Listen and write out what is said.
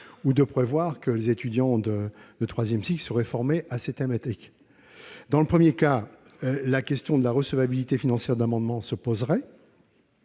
ou de prévoir que les étudiants de troisième cycle seront formés à ces thématiques ? Dans le premier cas, la question de la recevabilité financière de l'amendement se poserait.